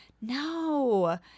No